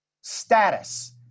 status